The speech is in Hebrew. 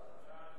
בעד,